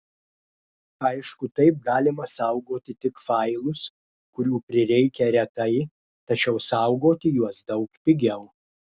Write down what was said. aišku taip galima saugoti tik failus kurių prireikia retai tačiau saugoti juos daug pigiau